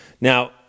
Now